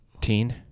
Teen